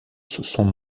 sont